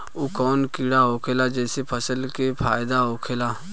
उ कौन कीड़ा होखेला जेसे फसल के फ़ायदा होखे ला?